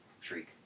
shriek